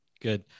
Good